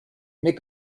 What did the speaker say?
mais